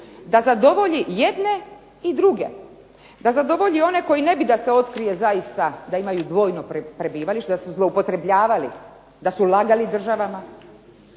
da zadovolji i jedne i druge, da zadovolje one koji ne bi da se otkrije da imaju dvojno prebivalište, da su zloupotrebljavali, da su lagali državama